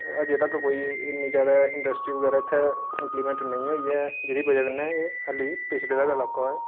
अजें तक कोई इन्नी ज्यादा कोई इंड़स्ट्री बगैरा इत्थै इम्पलीमैंट नेईं होई ऐ जेह्दी बजह कन्नै एह् अजें इक पिछड़े दा गै इलाका ऐ